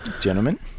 Gentlemen